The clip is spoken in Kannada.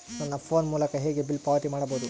ನನ್ನ ಫೋನ್ ಮೂಲಕ ಹೇಗೆ ಬಿಲ್ ಪಾವತಿ ಮಾಡಬಹುದು?